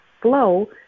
flow